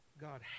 God